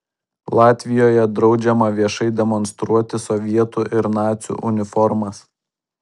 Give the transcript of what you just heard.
latvijoje draudžiama viešai demonstruoti sovietų ir nacių uniformas